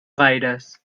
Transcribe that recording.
gaires